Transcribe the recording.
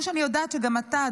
כמו שאני יודעת שגם אתה,